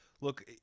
Look